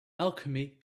alchemy